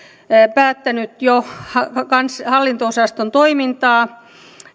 jo päättänyt hallinto osaston toimintaa